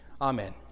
Amen